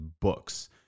books